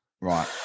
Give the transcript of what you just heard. right